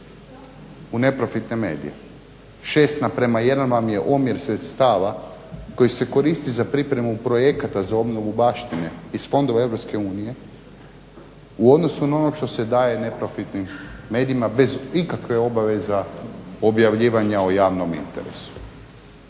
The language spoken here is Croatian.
u neprofitne medije. 6:1 vam je omjer sredstava koji se koristi za pripremu projekata za obnovu baštine iz fondova Europske unije u odnosnu na ono što se daje neprofitnim medijima bez ikakvih obaveza objavljivanja o javnom interesu